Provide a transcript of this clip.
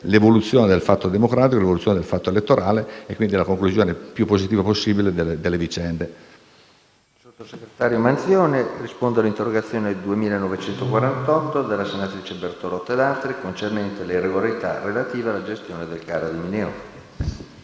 l'evoluzione del fatto democratico, del fatto elettorale e, dunque, la conclusione più positiva possibile delle vicende.